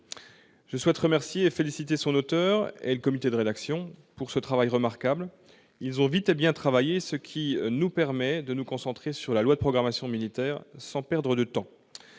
Je souhaite remercier et féliciter son auteur, ainsi que le comité de rédaction, de ce travail remarquable : ils ont travaillé vite et bien, ce qui nous permet de nous concentrer sur la loi de programmation militaire sans perdre de temps.